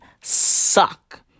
suck